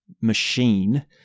machine